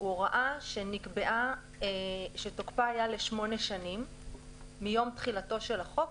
הוא הוראה שתוקפה היה לשמונה שנים מיום תחילתו של החוק.